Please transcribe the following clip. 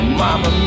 mama